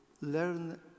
learn